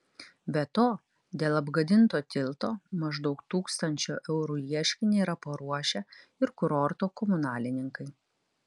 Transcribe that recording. be to dėl apgadinto tilto maždaug tūkstančio eurų ieškinį yra paruošę ir kurorto komunalininkai